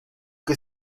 que